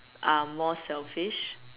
are more selfish